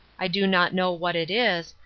i do not know what it is,